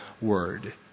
word